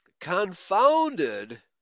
Confounded